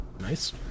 Nice